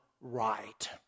right